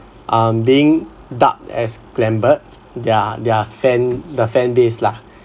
um being dubbed as glambert their their fan the fan base lah